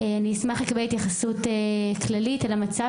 אני אשמח לקבל התייחסות כללית על המצב